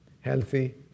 healthy